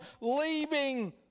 leaving